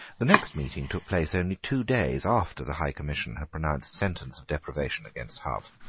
the next meeting took place only two days after the high commission had pronounced sentence of deprivation against hough,